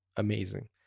Amazing